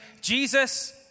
Jesus